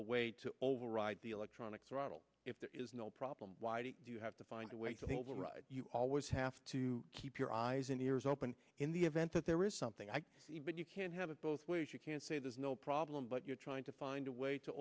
a way to override the electronic throttle if there is no problem you have to find a way to override you always have to keep your eyes and ears open in the event that there is something i even you can't have it both ways you can say there's no problem but you're trying to find a way to